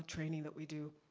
training that we do,